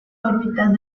órbitas